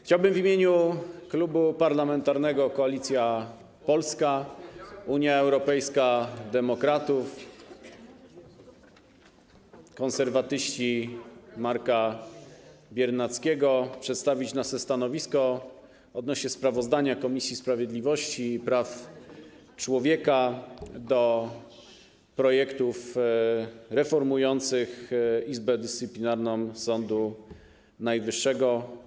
Chciałbym w imieniu Klubu Parlamentarnego Koalicja Polska - PSL, Unia Europejska Demokratów, Konserwatyści Marka Biernackiego przedstawić nasze stanowisko odnośnie do sprawozdania Komisji Sprawiedliwości i Praw Człowieka w sprawie projektów reformujących Izbę Dyscyplinarną Sądu Najwyższego.